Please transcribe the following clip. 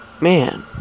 Man